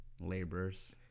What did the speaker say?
laborers